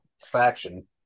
faction